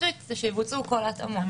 חזותית - זה שיבוצעו כל ההתאמות.